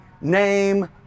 name